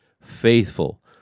faithful